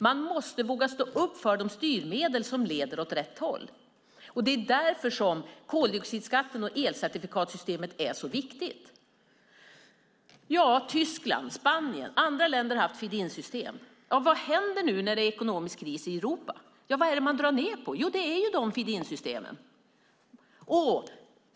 Man måste våga stå upp för de styrmedel som leder åt rätt håll. Därför är koldioxidskatten och elcertifikatssystemet så viktiga. Tyskland, Spanien och andra länder har haft feed in-system. Vad händer nu när det är ekonomisk kris i Europa? Vad är det man drar ned på? Jo, feed in-systemen.